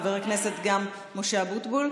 חברי הכנסת, גם משה אבוטבול.